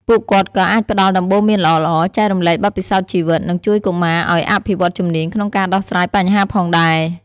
ពួកគាត់ក៏អាចផ្តល់ដំបូន្មានល្អៗ ចែករំលែកបទពិសោធន៍ជីវិត និងជួយកុមារឱ្យអភិវឌ្ឍជំនាញក្នុងការដោះស្រាយបញ្ហាផងដែរ។